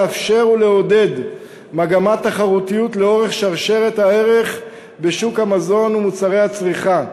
לאפשר ולעודד מגמת תחרותיות לאורך שרשרת הערך בשוק המזון ומוצרי הצריכה,